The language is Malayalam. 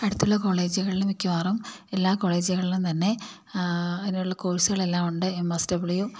അടുത്തുള്ള കോളേജുകളില് മിക്കവാറും എല്ലാ കോളേജുകളിലും തന്നെ അതിനുള്ള കോഴ്സുകളെല്ലാമുണ്ട് എം എസ് ഡബ്ള്യു